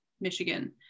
Michigan